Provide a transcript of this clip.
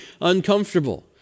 uncomfortable